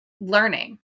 learning